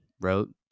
wrote